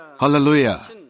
Hallelujah